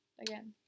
Again